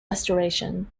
restoration